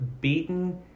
beaten